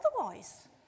otherwise